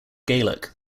gaelic